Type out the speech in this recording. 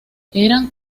eran